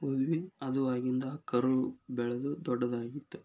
ಹೋದ್ವಿ ಅದು ಆಗಿದ ಕರು ಬೆಳೆದು ದೊಡ್ಡದಾಗಿತ್ತು